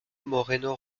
moreno